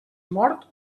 mort